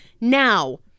now